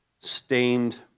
stained